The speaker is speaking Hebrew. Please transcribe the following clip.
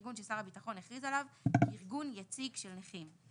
ארגון ששר הביטחון הכריז עליו כארגון יציג של נכים.